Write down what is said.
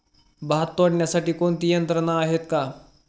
भात तोडण्यासाठी कोणती यंत्रणा आहेत का?